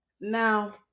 Now